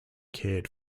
cared